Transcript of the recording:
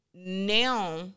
Now